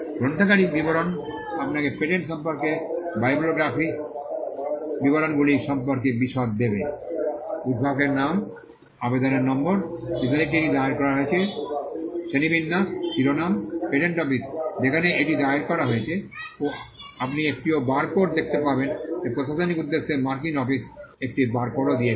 গ্রন্থাগারিক বিবরণ আপনাকে পেটেন্ট সম্পর্কে বাইবেলোগ্রাফিক বিবরণগুলি সম্পর্কে বিশদ দেবে উদ্ভাবকদের নাম আবেদনের নম্বর যে তারিখে এটি দায়ের করা হয়েছিল শ্রেণিবিন্যাস শিরোনাম পেটেন্ট অফিস যেখানে এটি দায়ের করা হয়েছে আপনি একটি বারকোডও দেখতে পাবেন যা প্রশাসনিক উদ্দেশ্যে মার্কিন অফিস একটি বারকোডও দিয়েছে